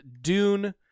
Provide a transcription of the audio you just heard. Dune